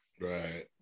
Right